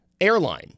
airline